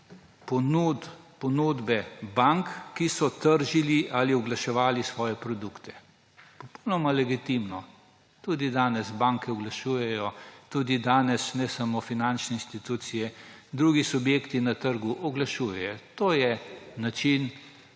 ponudbe bank, ki so tržile ali oglaševale svoje produkte. Popolnoma legitimno. Tudi danes banke oglašujejo, tudi danes ne samo finančne institucije, drugi subjekti na trgu oglašujejo. To je način